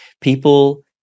people